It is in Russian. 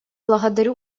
благодарю